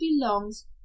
belongs